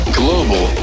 global